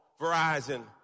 Verizon